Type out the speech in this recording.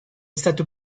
stato